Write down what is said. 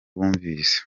bumvise